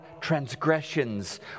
transgressions